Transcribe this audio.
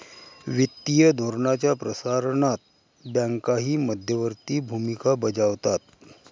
वित्तीय धोरणाच्या प्रसारणात बँकाही मध्यवर्ती भूमिका बजावतात